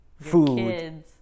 food